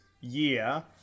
year